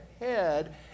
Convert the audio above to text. ahead